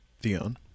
Theon